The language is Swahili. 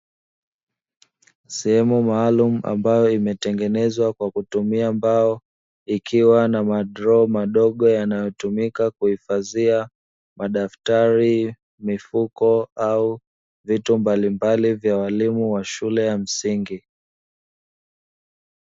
Sehemu maalumu ambayo imetengenezwa kwa kutumia mbao ikiwa na madroo madogo yanayotumika kuhifadhia madaftari, mifuko au vitu mbalimbali vya walimu wa shule ya msingi.